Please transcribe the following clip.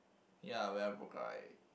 ya when I broke up I